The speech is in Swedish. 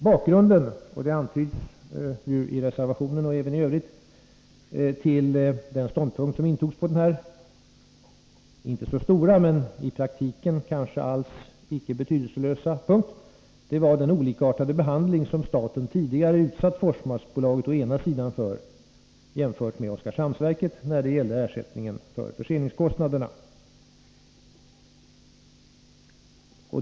Bakgrunden, vilket antyds i reservationen och även i övrigt, till den ståndpunkt som intogs på den här inte så stora men i praktiken kanske alls icke betydelselösa punkten var den olikartade behandling som staten tidigare utsatt Forsmarksbolaget för jämfört med Oskarshamnsverket när det gällde ersättningen för förseningskostnaderna.